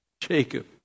Jacob